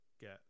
get